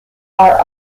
are